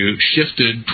shifted